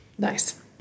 Nice